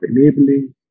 enabling